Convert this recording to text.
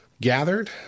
gathered